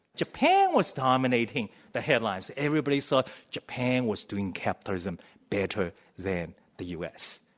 japan was dominating the headlines. everybody thought japan was doing capitalism better than the u. s.